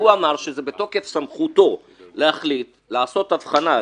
והוא אמר שבתוקף סמכותו להחליט לעשות הבחנה,